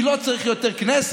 כי לא צריך יותר כנסת,